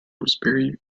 rosebery